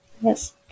Yes